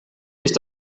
ist